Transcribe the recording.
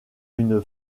une